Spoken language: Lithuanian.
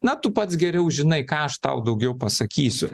na tu pats geriau žinai ką aš tau daugiau pasakysiu